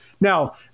Now